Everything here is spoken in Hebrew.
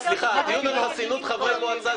סליחה, מיקי, הדיון על החוק של חסינות חברי מועצה